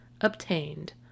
obtained